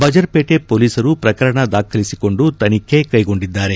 ಬಜರ್ಪೇಟೆ ಪೊಲೀಸರು ಪ್ರಕರಣ ದಾಖಲಿಸಿಕೊಂಡು ತನಿಖೆ ಕ್ಷೆಗೊಂಡಿದ್ದಾರೆ